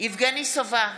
יבגני סובה,